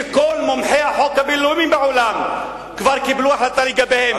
שכל המומחים לחוק הבין-לאומי בעולם כבר קיבלו החלטה לגביהן.